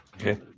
Okay